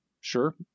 sure